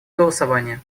голосования